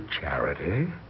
charity